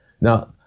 Now